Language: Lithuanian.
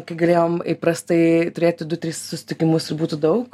kai galėjom įprastai turėti du tris susitikimus ir būtų daug